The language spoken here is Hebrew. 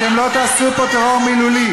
אתם לא תעשו פה טרור מילולי.